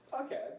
Okay